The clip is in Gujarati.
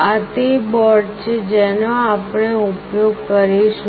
આ તે બોર્ડ છે જેનો આપણે ઉપયોગ કરીશું